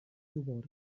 toward